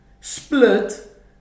split